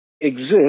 Exist